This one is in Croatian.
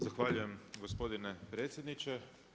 Zahvaljujem gospodine predsjedniče.